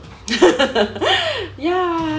ya